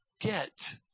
get